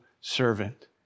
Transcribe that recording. servant